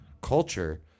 culture